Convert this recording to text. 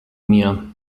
mir